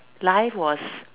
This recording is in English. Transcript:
life was